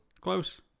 Close